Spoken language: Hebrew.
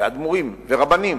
ואדמו"רים ורבנים